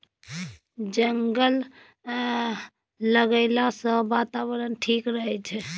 जंगल लगैला सँ बातावरण ठीक रहै छै